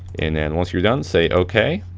and then once you're done say okay,